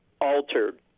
altered